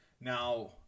Now